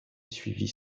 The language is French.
suivit